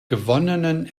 gewonnenen